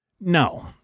No